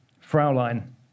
Fraulein